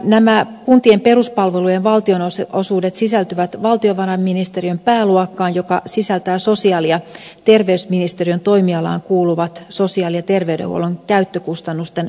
nämä kuntien peruspalvelujen valtionosuudet sisältyvät valtiovarainministeriön pääluokkaan joka sisältää sosiaali ja terveysministeriön toimialaan kuuluvat sosiaali ja terveydenhuollon käyttökustannusten valtionosuudet